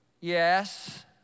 Yes